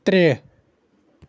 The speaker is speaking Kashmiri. ترٛےٚ